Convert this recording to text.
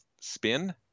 spin